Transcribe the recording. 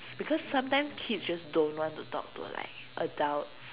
because sometimes kids just don't want to talk to like adults